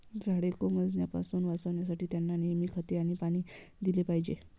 झाडे कोमेजण्यापासून वाचवण्यासाठी, त्यांना नेहमी खते आणि पाणी दिले पाहिजे